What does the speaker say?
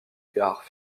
gares